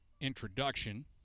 introduction